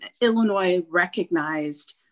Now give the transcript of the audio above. Illinois-recognized